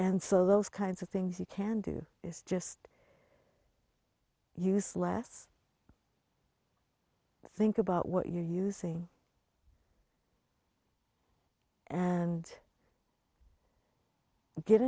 and so those kinds of things you can do is just use less think about what you're using and get